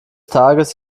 tages